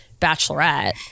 Bachelorette